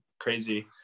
Crazy